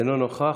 אינו נוכח,